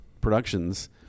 productions